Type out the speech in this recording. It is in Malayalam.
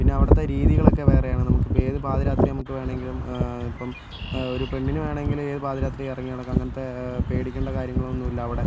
പിന്നെ അവിടുത്തെ രീതികളൊക്കെ വേറെയാണ് നമുക്ക് ഇപ്പോൾ ഏത് പാതിരാത്രി നമുക്ക് വേണമെങ്കിലും ഇപ്പം ഒരു പെണ്ണിന് വേണമെങ്കിലും ഏത് പാതിരാത്രി ഇറങ്ങി നടക്കാം അങ്ങനത്തെ പേടിക്കേണ്ട കാര്യങ്ങളൊന്നും ഇല്ല അവിടെ